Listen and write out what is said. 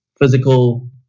physical